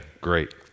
great